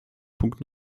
punkt